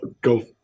go